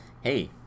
hey